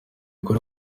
kuri